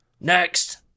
next